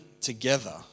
together